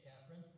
Catherine